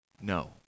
No